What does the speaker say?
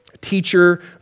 Teacher